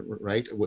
right